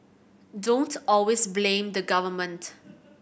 don't always blame the government